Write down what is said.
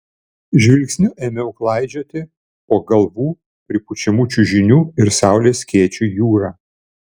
žvilgsniu ėmiau klaidžioti po galvų pripučiamų čiužinių ir saulės skėčių jūrą